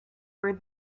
where